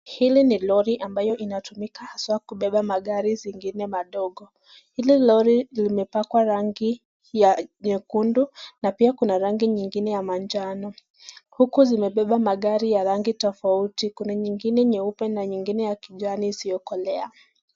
Hili ni lori ambayo inatumika haswa kubeba magari zingine madogo. Hili lori limepakwa rangi ya nyekundu na pia kuna rangi nyingine ya manjano uku zimebeba magari ya rangi tofauti, kuna nyingine nyeupe na nyingine ya kijani isiokolea.